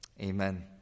Amen